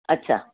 अच्छा